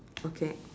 okay